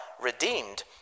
redeemed